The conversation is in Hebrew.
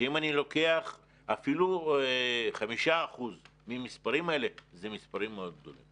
שאם אני לוקח אפילו 5% מהמספרים האלה זה מספרים מאוד גדולים.